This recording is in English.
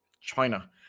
China